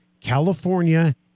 California